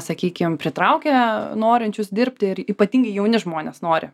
sakykim pritraukia norinčius dirbti ir ypatingai jauni žmonės nori